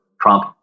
Trump